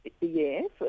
Yes